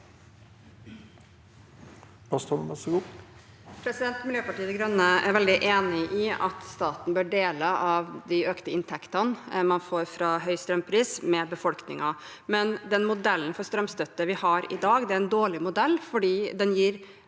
Miljøpartiet De Grønne er veldig enig i at staten bør dele de økte inntektene den får fra høy strømpris, med befolkningen. Likevel er den modellen for strømstøtte vi har i dag, en dårlig modell, fordi den gir